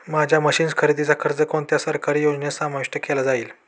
माझ्या मशीन्स खरेदीचा खर्च कोणत्या सरकारी योजनेत समाविष्ट केला जाईल?